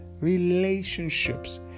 relationships